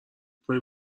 کنی